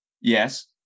Yes